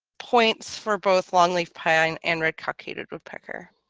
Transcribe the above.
points for both longleaf pine and red cockaded woodpecker